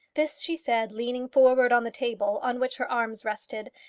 this she said leaning forward on the table, on which her arms rested,